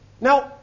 Now